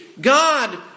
God